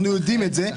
אנחנו יודעים את זה.